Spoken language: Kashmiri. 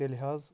تیٚلہِ حظ